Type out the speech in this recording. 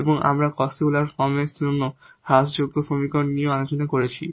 এবং আমরা Cauchy Euler ফর্মের জন্য হ্রাসযোগ্য সমীকরণগুলি নিয়েও আলোচনা করেছি